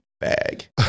Bag